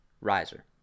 riser